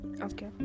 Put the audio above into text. Okay